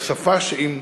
היא שפה שאם,